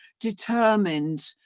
determined